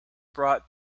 brought